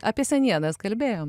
apie senienas kalbėjom